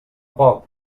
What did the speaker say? poc